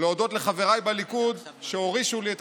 ולהודות לחבריי בליכוד שהורישו לי את